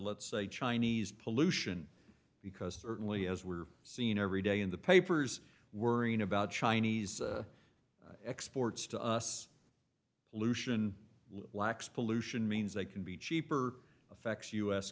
let's say chinese pollution because certainly as we're seeing every day in the papers worrying about chinese exports to us lucian lacks pollution means they can be cheaper affects u